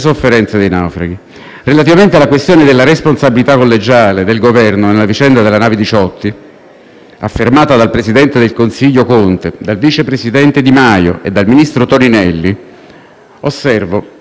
affermata dal presidente del consiglio Conte, dal vice presidente Di Maio e dal ministro Toninelli, osservo che la Costituzione ritiene responsabili collegialmente il Presidente del Consiglio e i Ministri